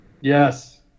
Yes